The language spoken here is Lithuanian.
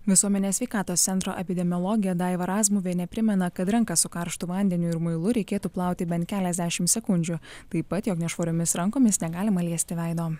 visuomenės sveikatos centro epidemiologė daiva razmuvienė primena kad rankas su karštu vandeniu ir muilu reikėtų plauti bent keliasdešim sekundžių taip pat jog nešvariomis rankomis negalima liesti veido